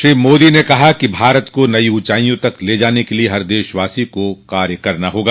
श्री मोदी ने कहा कि भारत को नई उंचाईयों तक ले जाने के लिए हर देशवासी को कार्य करना होगा